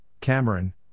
Cameron